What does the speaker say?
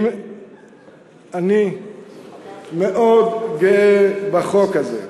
אני מאוד גאה בחוק הזה.